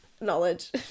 knowledge